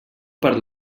per